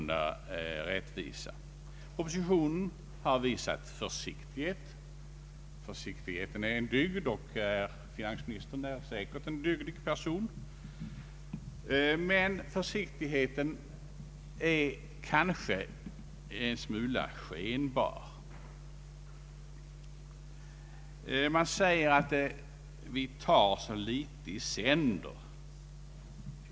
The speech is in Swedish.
Propositionen har visat försiktighet, och försiktighet är en dygd. Finansministern är säkert en dygdig person. Men försiktigheten i detta fall är kanske en smula skenbar. Det sägs att reformen tar så litet i sänder.